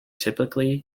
typical